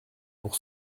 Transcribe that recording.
pour